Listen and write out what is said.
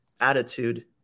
attitude